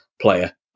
player